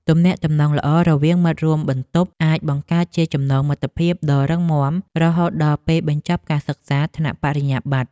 ទំនាក់ទំនងល្អរវាងមិត្តរួមបន្ទប់អាចបង្កើតជាចំណងមិត្តភាពដ៏រឹងមាំរហូតដល់ពេលបញ្ចប់ការសិក្សាថ្នាក់បរិញ្ញាបត្រ។